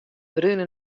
brune